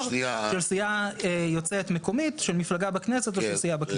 של סיעה יוצאת מקומית של מפלגה בכנסת או סיעה בכנסת.